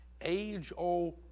age-old